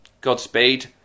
Godspeed